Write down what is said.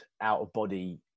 out-of-body